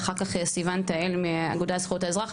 ואחר כך סיון תהל מהאגודה לזכויות האזרח.